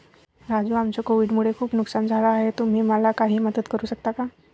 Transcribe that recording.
राजू आमचं कोविड मुळे खूप नुकसान झालं आहे तुम्ही मला काही मदत करू शकता का?